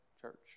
church